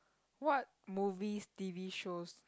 what movies t_v shows